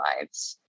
lives